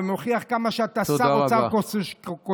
ומוכיח כמה שאתה שר אוצר כושל.